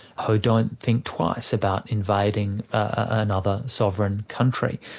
who don't think twice about invading another sovereign country.